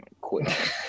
quick